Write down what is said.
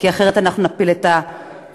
כי אחרת אנחנו נפיל את המתווה.